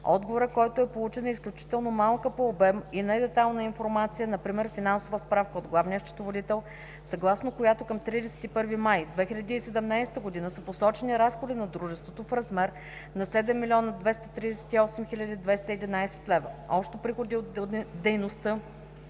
Отговорът, който е получен, е изключително малка по обем и недетайлна информация, например финансова справка от главния счетоводител, съгласно която към 31 май 2017 г. са посочени разходи на дружеството в размер на 7 238 211 лв. Общо приходи от дейността